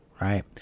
Right